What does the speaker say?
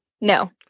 No